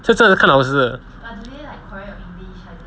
这真的是看老师的